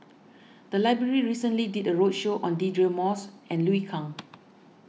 the library recently did a roadshow on Deirdre Moss and Liu Kang